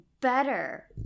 better